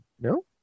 No